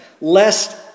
lest